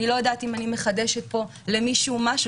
אני לא יודעת אם אני מחדשת פה למישהו משהו.